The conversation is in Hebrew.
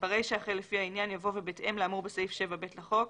ברישה אחרי "לפי העניין" יבוא "ובהתאם לאמור בסעיף 7ב לחוק".